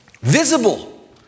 Visible